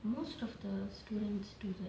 most of the students do that